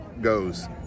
goes